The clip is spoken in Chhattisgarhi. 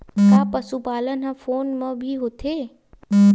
का पशुपालन ह फोन म भी होथे?